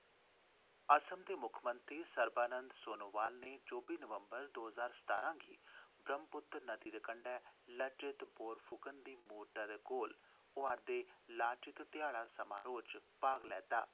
असम दे मुक्खमंत्री सर्बानंद सोनोवाल ने चौह्बी नवंबर दो ज्हार सतारां गी ब्रह्मपुत्र नदी दे कंढै लचित बोरफुकन दी मूरतै दे कोल होआ दे लाचित ध्याड़ा समारोह् च भाग लैता